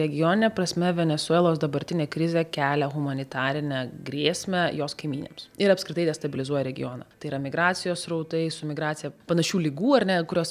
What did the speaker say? regionine prasme venesuelos dabartinė krizė kelia humanitarinę grėsmę jos kaimynėms ir apskritai destabilizuoja regioną tai yra migracijos srautai su migracija panašių ligų ar ne kurios